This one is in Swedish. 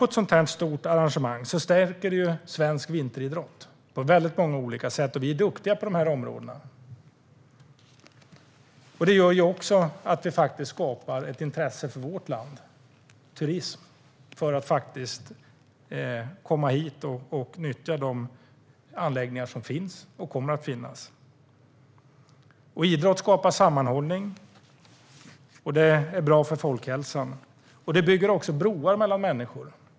Ett sådant här stort arrangemang stärker svensk vinteridrott på många olika sätt. Vi är duktiga på de här områdena. Ett sådant här arrangemang skapar ett intresse för vårt land, för turism här och för att komma hit och nyttja de anläggningar som finns och kommer att finnas. Idrott skapar sammanhållning. Det är bra för folkhälsan och bygger också broar mellan människor.